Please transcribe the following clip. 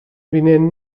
vinent